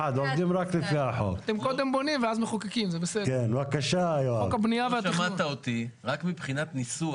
בני בבקשה, מנהל